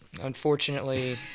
Unfortunately